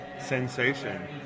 sensation